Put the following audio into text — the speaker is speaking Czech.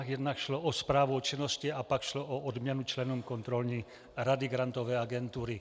Jednak šlo o zprávu o činnosti a pak šlo o odměnu členům Kontrolní rady Grantové agentury.